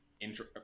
intro